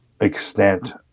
extent